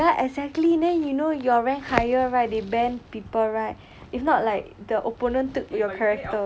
ya exactly then you know your rank higher right they ban people right if not like the opponent took your character